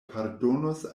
pardonos